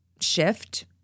shift